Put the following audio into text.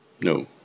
No